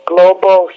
Global